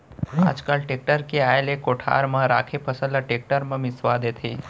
आज काल टेक्टर के आए ले कोठार म राखे फसल ल टेक्टर म मिंसवा देथे